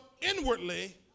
inwardly